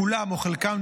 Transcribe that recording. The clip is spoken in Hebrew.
כולם או חלקם,